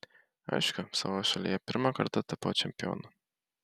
aišku savo šalyje pirmą kartą tapau čempionu